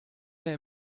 mehr